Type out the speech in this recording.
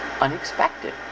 unexpected